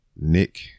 Nick